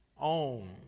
own